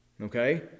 Okay